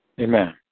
Amen